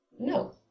No